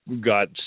got